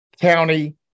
County